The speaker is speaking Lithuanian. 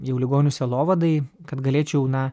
jau ligonių sielovadai kad galėčiau na